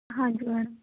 ਹਾਂਜੀ ਮੈਡਮ